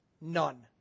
None